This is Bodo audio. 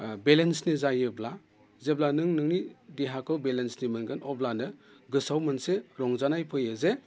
बेलेन्सनि जायोब्ला जेब्ला नों नोंनि देहाखौ बेलेन्सनि मोनगोन अब्लानो गोसोआव मोनसे रंजानाय फैयो जे